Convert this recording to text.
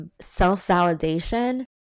self-validation